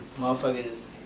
motherfuckers